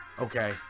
Okay